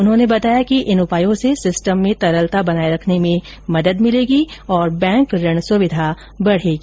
उन्होंने बताया कि इन उपायों से सिस्टम में तरलता बनाए रखने में मदद मिलेगी बैंक ऋण सुविधा बढेगी